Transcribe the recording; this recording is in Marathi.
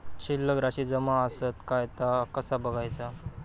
शिल्लक राशी जमा आसत काय ता कसा बगायचा?